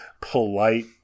polite